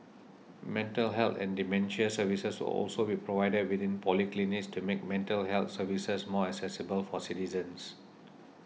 mental health and dementia services will also be provided within polyclinics to make mental health services more accessible for citizens